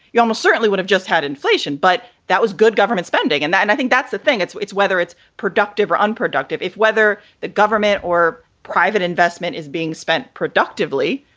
you almost certainly would have just had inflation. but that was good government spending. and that and i think that's the thing. it's it's whether it's productive or unproductive, if whether the government or private investment is being spent productively,